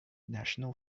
national